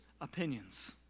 opinions